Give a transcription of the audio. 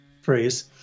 phrase